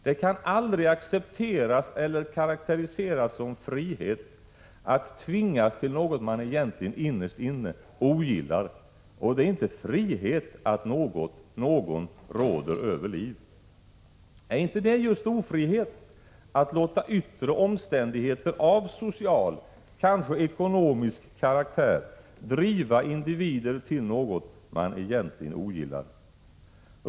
Det kan aldrig accepteras eller karakteriseras som frihet att tvingas till något man egentligen innerst inne ogillar, och det är inte frihet att någon råder över liv. Är inte det just ofrihet att låta yttre omständigheter av social eller kanske ekonomisk karaktär driva individer till något de egentligen ogillar?